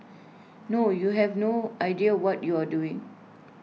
no you have no idea what you are doing